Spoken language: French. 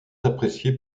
appréciée